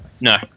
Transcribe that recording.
No